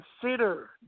consider